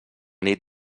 nit